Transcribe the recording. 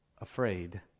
afraid